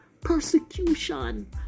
Persecution